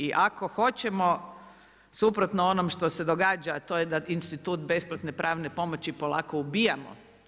I ako hoćemo, suprotno onome što se događa, a to je da institut besplatne pravne pomoći, polako ubijamo.